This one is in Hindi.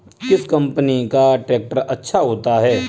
किस कंपनी का ट्रैक्टर अच्छा होता है?